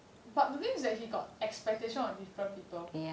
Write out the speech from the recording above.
but the thing is that he got expectation on different people